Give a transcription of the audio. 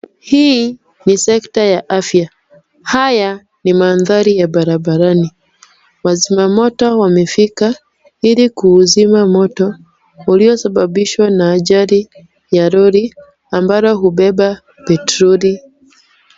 Hii ni sekta ya afya. Haya ni mandhari ya barabarani. Wazimamoto wamefika ili kuuzima moto, uliosababishwa na ajali ya lori ambalo hubeba petroli.